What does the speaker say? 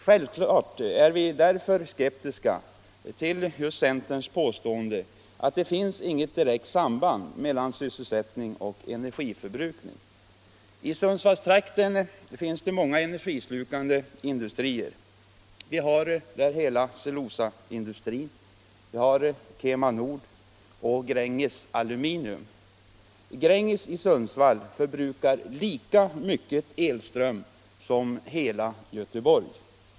Självfallet är vi därför skeptiska till centerns påstående att ”det finns inget direkt samband mellan sysselsättning och energiförbrukning”. I Sundsvallstrakten finns det många energislukande industrier. Vi har hela cellulosaindustrin, KemaNord och Gränges Aluminium. Gränges i Sundsvall förbrukar lika mycket elström som hela Göteborg.